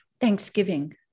Thanksgiving